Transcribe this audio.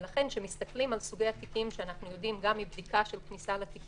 אנחנו יודעים גם מבדיקה של כניסה לתיקים,